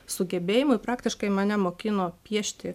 sugebėjimų ir praktiškai mane mokino piešti